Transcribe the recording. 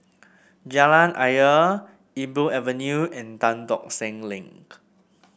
Jalan Ayer Iqbal Avenue and Tan Tock Seng Link